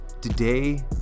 Today